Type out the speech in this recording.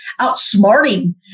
outsmarting